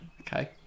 Okay